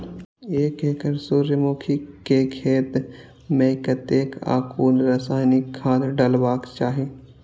एक एकड़ सूर्यमुखी केय खेत मेय कतेक आ कुन रासायनिक खाद डलबाक चाहि?